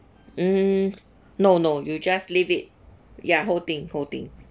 mm no no you just leave it ya whole thing whole thing